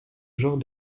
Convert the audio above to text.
genre